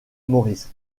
morris